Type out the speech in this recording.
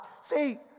See